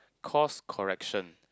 course correction